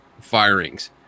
firings